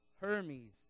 Hermes